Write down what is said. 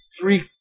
three